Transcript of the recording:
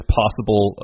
possible